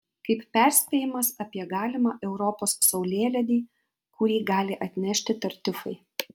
kaip perspėjimas apie galimą europos saulėlydį kurį gali atnešti tartiufai